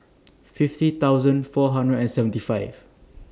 fifty thousand four hundred and seventy five